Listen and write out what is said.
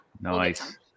nice